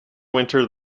winter